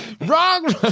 Wrong